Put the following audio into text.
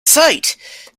sight